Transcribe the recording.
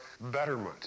betterment